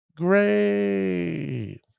Great